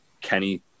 Kenny